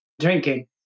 drinking